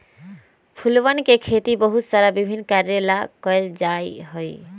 फूलवन के खेती बहुत सारा विभिन्न कार्यों ला कइल जा हई